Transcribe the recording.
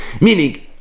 Meaning